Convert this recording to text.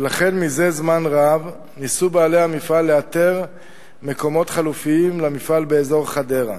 ולכן זמן רב ניסו בעלי המפעל לאתר מקומות חלופיים למפעל באזור חדרה,